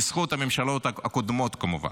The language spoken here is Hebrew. בזכות הממשלות הקודמות, כמובן.